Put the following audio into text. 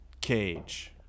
Cage